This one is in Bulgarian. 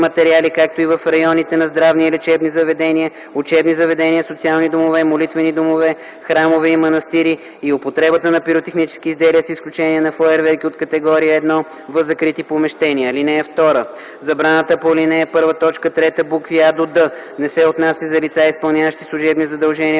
материали, както и в районите на здравни и лечебни заведения, учебни заведения, социални домове, молитвени домове, храмове и манастири и употребата на пиротехнически изделия, с изключение на фойерверки от категория 1, в закрити помещения. (2) Забраната по ал. 1, т. 3, букви „а”-„д” не се отнася за лица, изпълняващи служебни задължения